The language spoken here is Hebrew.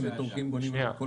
שנייה,